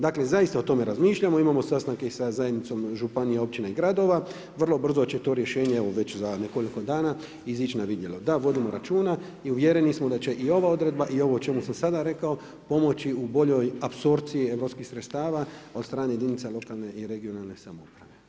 Dakle zaista o tome razmišljamo, imamo sastanke sa zajednicom županija, općina i gradova, vrlo brzo će to rješenje evo već za nekoliko dana izići na vidjelo da vodimo računa i uvjereni smo da će i ova odredba i ovo o čemu sam sada rekao pomoći u boljoj apsorpciji europskih sredstava od strane jedinica lokalne i regionalne samouprave.